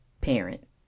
Parent